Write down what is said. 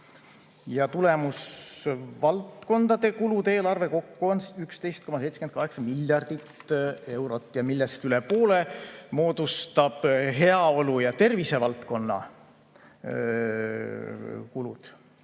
Tulemusvaldkondade kulude eelarve kokku on 11,78 miljardit eurot, millest üle poole moodustavad heaolu‑ ja tervisevaldkonna kulud.